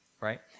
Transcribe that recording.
right